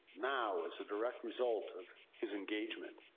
now, as a direct result of his engagement.